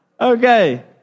Okay